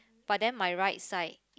but then my right side